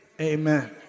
Amen